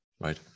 right